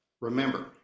Remember